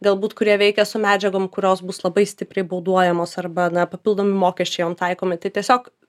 galbūt kurie veikia su medžiagom kurios bus labai stipriai bauduojamos arba na papildomi mokesčiai jom taikomi tai tiesiog